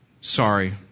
Sorry